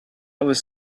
was